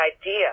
idea